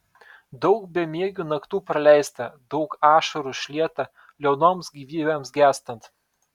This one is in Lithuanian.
daug bemiegių naktų praleista daug ašarų išlieta liaunoms gyvybėms gęstant